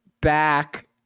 back